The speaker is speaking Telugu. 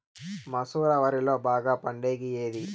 మసూర వరిలో బాగా పండేకి ఏది?